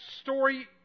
story